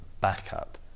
backup